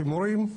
שימורים,